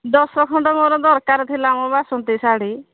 ଦଶ ଖଣ୍ଡ ମୋର ଦରକାର ଥିଲା ମ ବାସନ୍ତୀ ଶାଢ଼ୀ